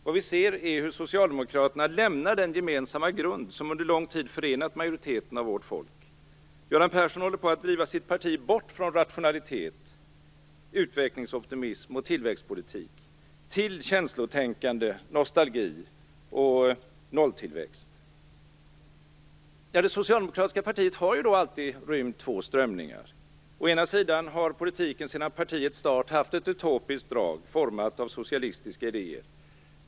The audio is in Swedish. Vad vi ser är hur Socialdemokraterna lämnar den gemensamma grund som under lång tid förenat majoriteten av vårt folk. Göran Persson håller på att driva sitt parti bort från rationalitet, utvecklingsoptimism och tillväxtpolitik till känslotänkande, nostalgi och nolltillväxt. Det socialdemokratiska partiet har alltid rymt två strömningar. Å ena sidan har politiken sedan partiets start haft ett utopiskt drag format av socialistiska idéer.